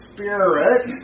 Spirit